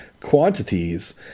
Quantities